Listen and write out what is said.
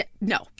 No